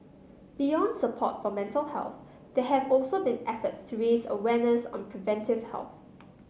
beyond support for mental health there have also been efforts to raise awareness on preventive health